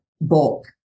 bulk